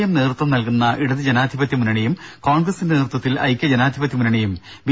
M നേതൃത്വം നൽകുന്ന ഇടത് ജനാധിപത്യ മുന്നണിയും കോൺഗ്രസിന്റെ നേതൃത്വത്തിൽ ഐക്യജനാധിപത്യ മുന്നണിയും ബി